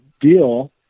deal